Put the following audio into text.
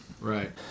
Right